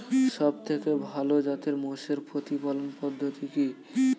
সবথেকে ভালো জাতের মোষের প্রতিপালন পদ্ধতি কি?